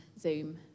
Zoom